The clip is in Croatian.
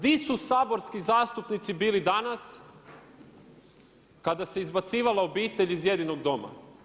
Gdje su saborski zastupnici bili danas kada se izbacivala obitelj iz jedinog doma?